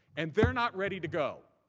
and they are not ready to go.